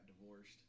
divorced